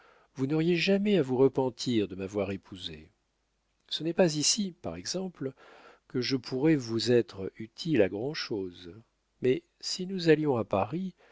vous n'auriez jamais à vous repentir de m'avoir épousée ce n'est pas ici par exemple que je pourrais vous être utile à grand'chose mais si nous allions à paris